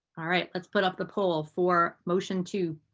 all right. let's put up the poll for motion two.